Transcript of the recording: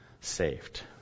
saved